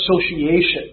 association